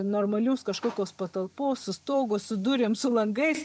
normalios kažkokios patalpos su stogu su durim su langais